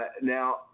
Now